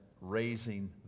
raising